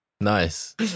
Nice